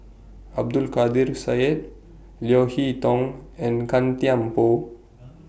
Abdul Kadir Syed Leo Hee Tong and Gan Thiam Poh